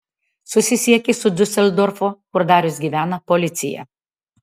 susisiekė su diuseldorfo kur darius gyvena policija